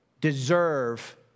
deserve